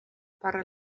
para